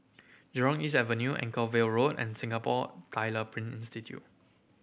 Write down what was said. Jurong East Avenue Anchorvale Road and Singapore Tyler Print Institute